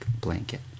blanket